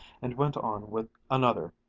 and went on with another.